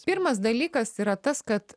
pirmas dalykas yra tas kad